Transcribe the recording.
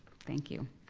thank you.